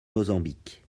mozambique